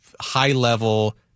high-level